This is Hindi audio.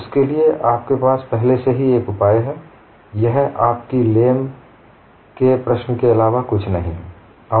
इसके लिए आपके पास पहले से ही एक उपाय है यह आपकी लेम Lamė's के प्रश्न के अलावा और कुछ नहीं है